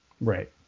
Right